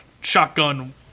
shotgun